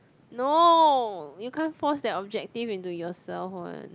no you can't force that objective into yourself one